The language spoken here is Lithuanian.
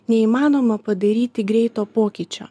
neįmanoma padaryti greito pokyčio